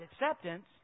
acceptance